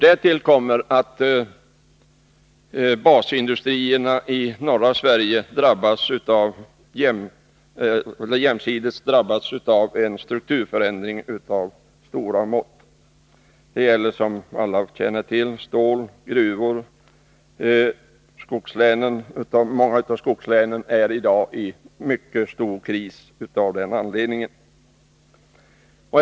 Därtill kommer att basindustrierna i norra Sverige jämsides drabbats av en strukturförändring av stora mått. Det gäller, som alla känner till, stålindustri och gruvor. Också många av skogslänen befinner sig av denna anledning i en mycket svår kris i dag.